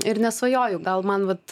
ir nesvajoju gal man vat